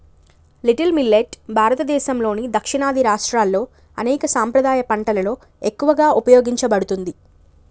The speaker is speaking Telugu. లిటిల్ మిల్లెట్ భారతదేసంలోని దక్షిణాది రాష్ట్రాల్లో అనేక సాంప్రదాయ పంటలలో ఎక్కువగా ఉపయోగించబడుతుంది